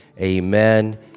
Amen